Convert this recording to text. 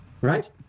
Right